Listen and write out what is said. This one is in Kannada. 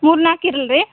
ಮೂರು ನಾಲ್ಕು ಇರ್ಲ್ರಿ